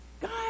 God